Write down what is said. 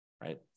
right